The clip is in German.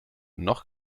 noch